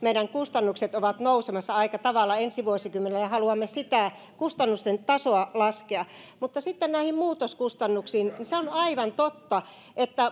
meidän kustannukset ovat nousemassa aika tavalla ensi vuosikymmenellä ja haluamme sitä kustannusten tasoa laskea mutta sitten näihin muutoskustannuksiin se on aivan totta että